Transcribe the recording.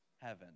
heaven